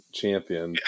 champion